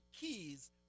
keys